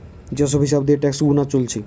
যে সব হিসাব দিয়ে ট্যাক্স গুনা চলছে